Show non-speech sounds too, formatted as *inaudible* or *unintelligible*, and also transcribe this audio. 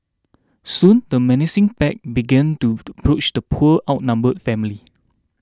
soon the menacing pack began to *unintelligible* approach the poor outnumbered family